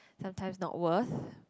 sometimes not worth